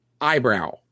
eyebrow